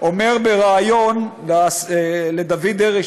אומר בריאיון לדוד דרעי,